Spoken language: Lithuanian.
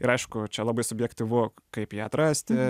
ir aišku čia labai subjektyvu kaip ją atrasti